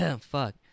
Fuck